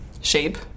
shape